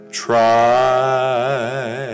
try